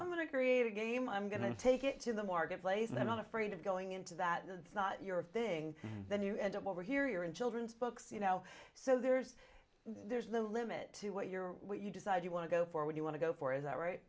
i'm going to create a game i'm going to take it to the marketplace and i'm not afraid of going into that it's not your thing then you end up over here in children's books you know so there's there's a limit to what you're what you decide you want to go for when you want to go for is that right